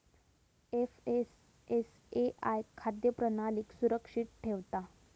FSSAI खाद्य प्रणालीक सुरक्षित ठेवता